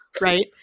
right